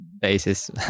basis